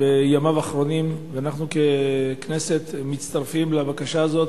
בימיו האחרונים, ואנחנו ככנסת מצטרפים לבקשה הזו.